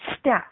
step